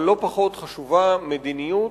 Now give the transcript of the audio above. אבל לא פחות חשובה המדיניות,